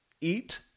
eat